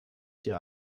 dir